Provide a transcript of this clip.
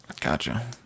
Gotcha